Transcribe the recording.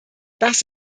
das